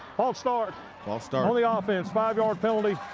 false start false start on the ah offense. five-yard penalty.